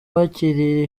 wakiriye